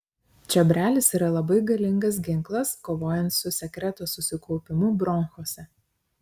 čiobrelis yra labai galingas ginklas kovojant su sekreto susikaupimu bronchuose